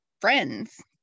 friends